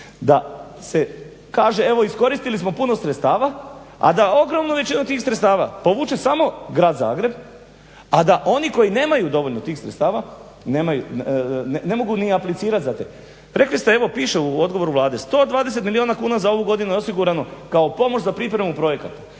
da se kaže evo iskoristili smo puno sredstva a da ogromnu većinu tih sredstava povuče samo grad Zagreb a da oni koji nemaju dovoljno tih sredstava ne mogu ni aplicirat za te. Rekli ste evo piše u odgovoru Vlade 120 milijuna kuna za ovu godinu je osigurano kao pomoć za pripremu projekata.